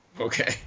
Okay